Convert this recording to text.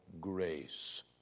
grace